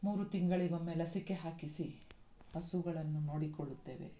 ಮೂರು ತಿಂಗಳಿಗೊಮ್ಮೆ ಲಸಿಕೆ ಹಾಕಿಸಿ ಹಸುಗಳನ್ನು ನೋಡಿಕೊಳ್ಳುತ್ತೇವೆ